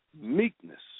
meekness